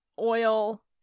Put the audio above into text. oil